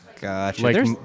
Gotcha